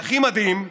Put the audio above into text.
והכי מדהים,